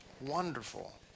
wonderful